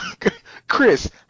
Chris